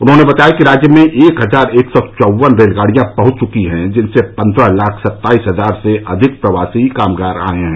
उन्होंने बताया कि राज्य में एक हजार एक सौ चौवन रेलगाड़ियां पहुंच चुकी हैं जिनसे पन्द्रह लाख सत्ताईस हजार से अधिक प्रवासी कामगार आये हैं